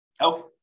Okay